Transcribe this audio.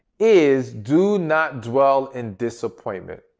is do not dwell in disappointment.